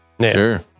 sure